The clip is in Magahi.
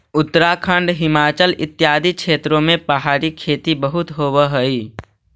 उत्तराखंड, हिमाचल इत्यादि क्षेत्रों में पहाड़ी खेती बहुत होवअ हई